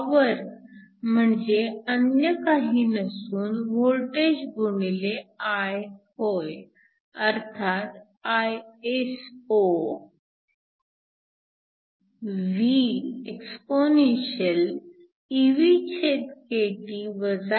power म्हणजे अन्य काही नसून वोल्टेज गुणिले I होय अर्थात Iso v exp evkT 1 Iphv